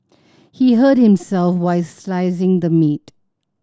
he hurt himself while slicing the meat